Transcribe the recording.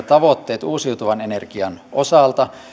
tavoitteet uusiutuvan energian osalta